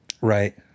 Right